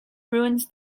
ruins